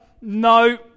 No